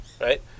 right